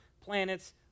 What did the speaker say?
planets